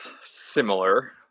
similar